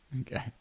Okay